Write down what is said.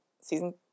season